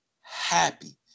happy